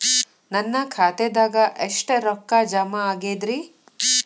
ನನ್ನ ಖಾತೆದಾಗ ಎಷ್ಟ ರೊಕ್ಕಾ ಜಮಾ ಆಗೇದ್ರಿ?